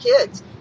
kids